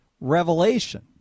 Revelation